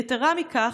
יתרה מזו,